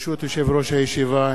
ברשות יושב-ראש הישיבה,